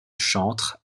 chantre